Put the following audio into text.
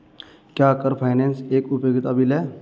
क्या car finance एक उपयोगिता बिल है?